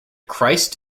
christ